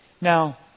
Now